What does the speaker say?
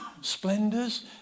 splendors